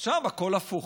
אז שם הכול הפוך: